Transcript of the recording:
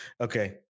okay